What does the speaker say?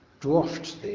dwarfed